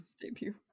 debut